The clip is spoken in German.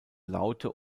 laute